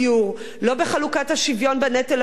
לא בחלוקת השוויון בנטל הביטחוני,